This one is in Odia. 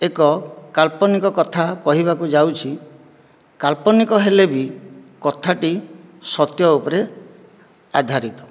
ଏକ କାଳ୍ପନିକ କଥା କହିବାକୁ ଯାଉଛି କାଳ୍ପନିକ ହେଲେ ବି କଥା ଟି ସତ୍ୟ ଉପରେ ଆଧାରିତ